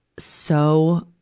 so,